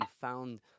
found